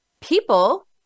people